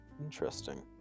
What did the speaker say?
Interesting